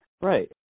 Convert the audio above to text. right